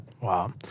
Wow